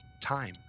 time